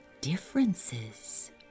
differences